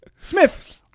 Smith